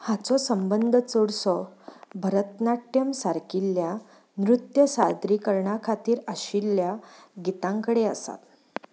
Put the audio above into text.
हाचो संबंद चडसो भरतनाट्यम् सारकिल्ल्या नृत्य सादरीकरणा खातीर आशिल्ल्या गितां कडेन आसा